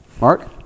Mark